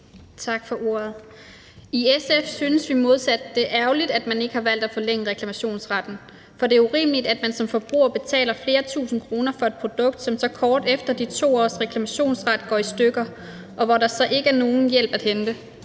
I SF synes vi i modsætning hertil, at det er ærgerligt, at man ikke har valgt at forlænge reklamationsretten, for det er urimeligt, at man som forbruger betaler flere tusind kroner for et produkt, som så kort efter de 2 års reklamationsret går i stykker, og hvor der så ikke er nogen hjælp at hente.